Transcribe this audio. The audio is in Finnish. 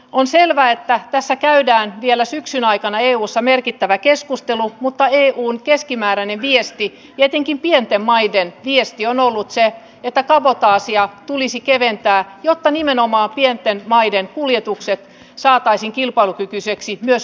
on selvää että tästä käydään vielä syksyn aikana eussa merkittävä keskustelu mutta eun keskimääräinen viesti etenkin pienten maiden viesti on ollut se että kabotaasia tulisi keventää jotta nimenomaan pienten maiden kuljetukset saataisiin kilpailukykyisiksi myös ulkomailla